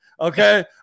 Okay